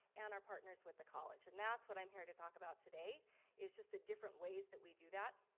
and our partners with the college. and that's what i'm here to talk about today is just the different ways that we do that.